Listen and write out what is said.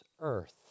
earth